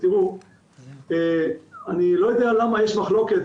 אני לא יודע למה יש מחלוקת,